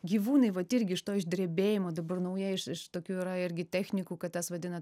gyvūnai vat irgi iš to išdrebėjimo dabar nauja iš iš tokių yra irgi technikų kates vadina